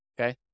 Okay